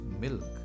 milk